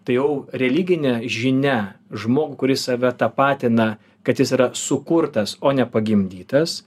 tai jau religinė žinia žmogų kuris save tapatina kad jis yra sukurtas o ne pagimdytas